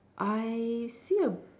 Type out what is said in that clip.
I see a